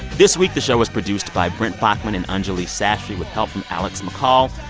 this week, the show was produced by brent baughman and anjuli sastry with help from alex mccall.